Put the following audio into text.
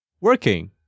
working